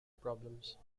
problems